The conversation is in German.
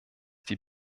die